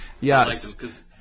Yes